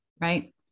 right